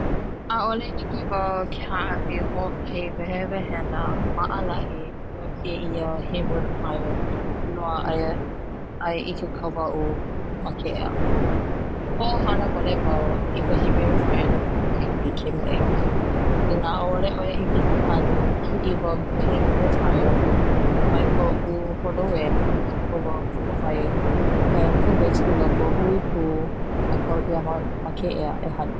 ʻAʻole hiki wau ke haʻawi i hoʻokahi wehewehena maʻalahi no keia humidifer i loaʻa ai i ke kauwaʻu ma ke ea hoʻohana wale wau i ka humidifer no koʻu keiki ke maʻi ʻoia ina ʻaʻole hiki ia ia ke hanu kiʻi wau i ka humidifer ma koʻu holoe a kau wau i ka wai me ka vicks i loko hui pū a kau ia ma ke ea e hanu.